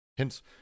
Hence